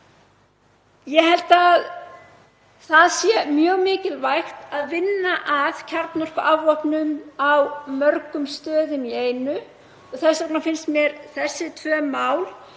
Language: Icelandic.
Ég held að það sé mjög mikilvægt að vinna að kjarnorkuafvopnun á mörgum stöðum í einu. Þess vegna finnst mér þessi tvö mál